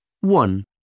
one